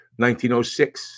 1906